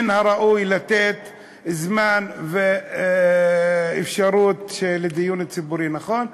מן הראוי לתת זמן ואפשרות לדיון ציבורי נכון.